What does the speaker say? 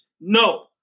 no